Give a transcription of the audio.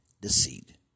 deceit